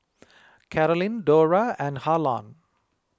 Carolynn Dorla and Harlan